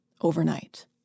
overnight